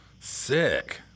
sick